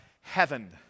heaven